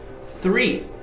Three